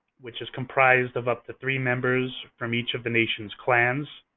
which is comprised of up to three members from each of the nation's clans.